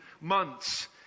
months